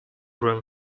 room